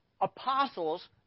apostles